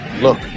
Look